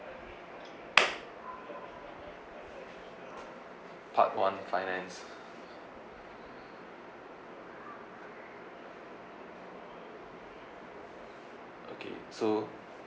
part one finance okay so